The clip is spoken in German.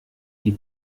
die